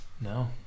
No